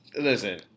listen